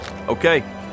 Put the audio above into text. Okay